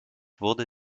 wurde